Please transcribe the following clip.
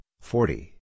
forty